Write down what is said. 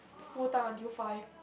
full time until five